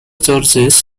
charges